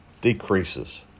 decreases